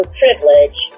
privilege